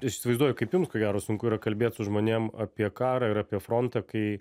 aš įsivaizduoju kaip jums ko gero sunku yra kalbėt su žmonėm apie karą ir apie frontą kai